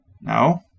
No